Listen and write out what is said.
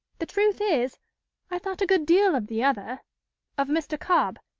the truth is i thought a good deal of the other of mr. cobb.